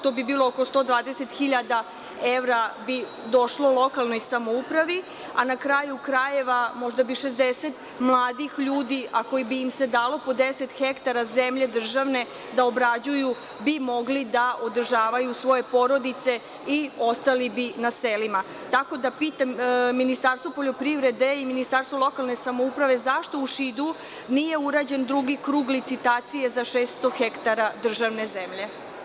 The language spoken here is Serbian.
To bi bilo oko 120.000 evra bi došlo u lokalnoj samoupravi, na kraju krajeva, možda bi 60 mladih ljudi, ako bi im se dalo po 10 hektara zemlje državne da obrađuju, bi mogli da održavaju svoje porodice i ostali bi na selima, tako da pitam Ministarstvo poljoprivrede i Ministarstvo lokalne samouprave zašto u Šidu nije urađen drugi krug licitacije za 600 hektara državne zemlje.